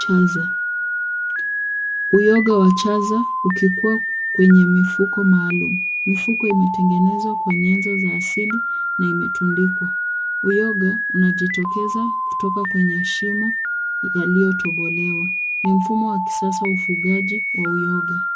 Chaza. Uyoga wa chaza ukikua kwenye mifuko maalum. Mifuko imetengenezwa kwa nyenzo za asili na imetundikwa. Uyoga unajitokeza kutoka kwenye shimo yaliyotobolewa. Ni mfumo wa kisasa wa ufugaji wa uyoga.